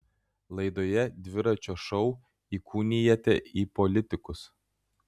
laidoje dviračio šou įkūnijate į politikus